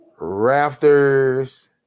rafters